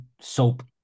soap